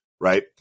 Right